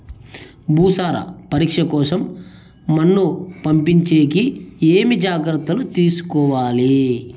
భూసార పరీక్ష కోసం మన్ను పంపించేకి ఏమి జాగ్రత్తలు తీసుకోవాలి?